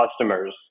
customers